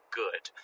good